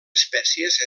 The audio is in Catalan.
espècies